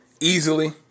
easily